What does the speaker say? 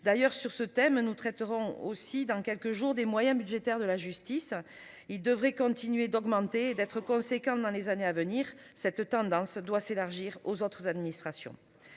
d'ailleurs sur ce thème nous traiterons aussi dans quelques jours, des moyens budgétaires de la justice. Il devrait continuer d'augmenter d'être conséquent dans les années à venir cette tendance doit s'élargir aux autres administrations.